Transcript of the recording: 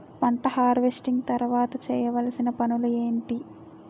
పంట హార్వెస్టింగ్ తర్వాత చేయవలసిన పనులు ఏంటి?